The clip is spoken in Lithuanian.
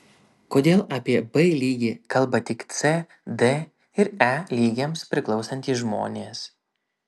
kodėl apie b lygį kalba tik c d ir e lygiams priklausantys žmonės